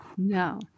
No